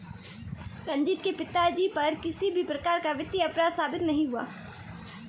रंजीत के पिताजी पर किसी भी प्रकार का वित्तीय अपराध साबित नहीं हुआ